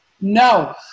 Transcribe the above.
No